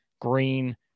Green